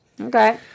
Okay